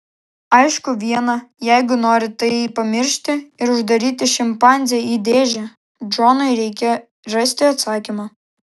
aišku viena jeigu nori tai pamiršti ir uždaryti šimpanzę į dėžę džonui reikia rasti atsakymą